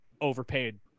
overpaid